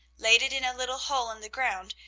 laid it in a little hole in the ground,